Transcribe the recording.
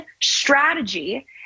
strategy